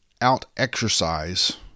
out-exercise